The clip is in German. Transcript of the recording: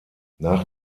nach